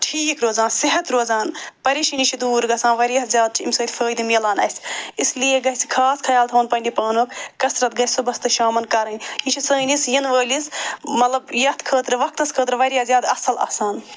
ٹھیٖک روزان صحت روزان پریشٲنی چھِ دوٗر گژھان واریاہ زیادٕ چھِ اَمہِ سۭتۍ فٲیدٕ مِلان اَسہِ اِسلیے گژھِ خاص خیال تھاوُن پنٛنہِ پانُک کثرت گژھِ صُبحس تہٕ شامَن کَرٕنۍ یہِ چھِ سٲنِس یِنہٕ وٲلِس مطلب یَتھ خٲطرٕ وَقتس خٲطرٕ واریاہ زیادٕ اصٕل آسان